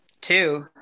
two